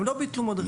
הם לא ביטלו מדריכים.